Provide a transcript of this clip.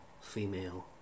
female